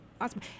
Awesome